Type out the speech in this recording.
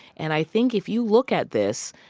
and i think if you look at this,